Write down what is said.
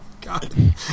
god